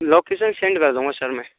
location send कर दूँगा sir मैं